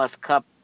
Cup